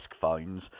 phones